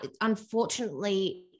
unfortunately